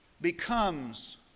becomes